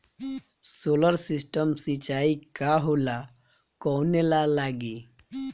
Solar system सिचाई का होला कवने ला लागी?